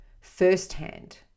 firsthand